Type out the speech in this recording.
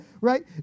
right